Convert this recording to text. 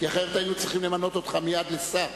כי אחרת היינו צריכים למנות אותך מייד לשר,